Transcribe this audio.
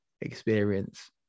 experience